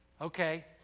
Okay